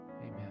Amen